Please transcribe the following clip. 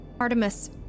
Artemis